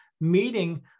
meeting